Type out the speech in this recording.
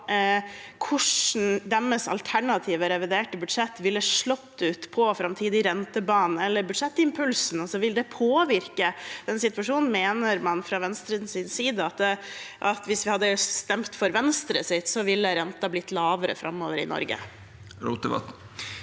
hvordan deres alternative reviderte budsjett ville slått ut på framtidig rentebane eller på budsjettimpulsen. Vil det påvirke den situasjonen? Mener man fra Venstres side at hvis vi hadde stemt for Venstres alternativ, ville renten i Norge